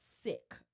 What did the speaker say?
sick